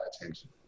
attention